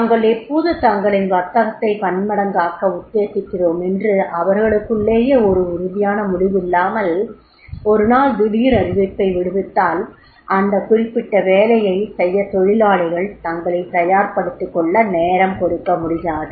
தாங்கள் எப்போது தங்களின் வர்த்தகத்தை பன்மடங்காக்க உத்தேசிக்கிறோமென்று அவர்களுக்குள்ளேயே ஒரு உறுதியான முடிவில்லாமல் ஒரு நாள் திடீர் அறிவிப்பை விடுத்தால் அந்த குறிப்பிட்ட வேலையை செய்ய தொழிலாளிகள் தங்களைத் தயார் படுத்திக்கொள்ள நேரம் கொடுக்க முடியாது